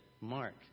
Mark